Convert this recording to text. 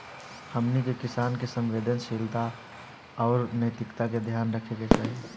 हमनी के किसान के संवेदनशीलता आउर नैतिकता के ध्यान रखे के चाही